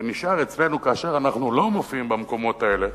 ונשאר אצלנו, כאשר אנחנו לא מופיעים במקומות האלה,